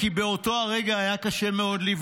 כי באותו הרגע היה מאוד קשה לבדוק.